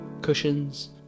cushions